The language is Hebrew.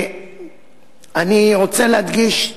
אני רוצה להדגיש: